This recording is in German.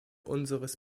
unseres